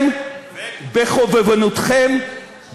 בחובבנותכם,